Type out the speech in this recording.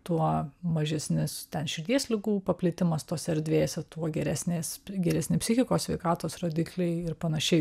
tuo mažesnis ten širdies ligų paplitimas tose erdvėse tuo geresnės geresni psichikos sveikatos rodikliai ir panašiai